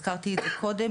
הזכרתי את זה קודם,